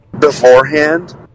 beforehand